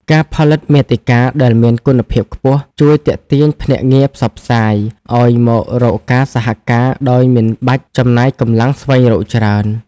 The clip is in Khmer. ការផលិតមាតិកាដែលមានគុណភាពខ្ពស់ជួយទាក់ទាញភ្នាក់ងារផ្សព្វផ្សាយ ឱ្យមករកការសហការដោយមិនបាច់ចំណាយកម្លាំងស្វែងរកច្រើន។